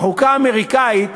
החוקה האמריקנית